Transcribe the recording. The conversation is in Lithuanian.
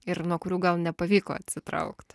ir nuo kurių gal nepavyko atsitraukt